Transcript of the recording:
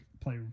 play